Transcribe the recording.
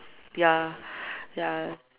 ya ya